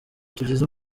tugize